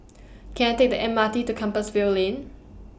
Can I Take The M R T to Compassvale Lane